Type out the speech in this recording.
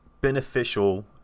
beneficial